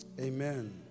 Amen